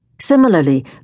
Similarly